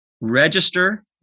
Register